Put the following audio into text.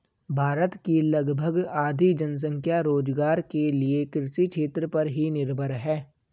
भारत की लगभग आधी जनसंख्या रोज़गार के लिये कृषि क्षेत्र पर ही निर्भर है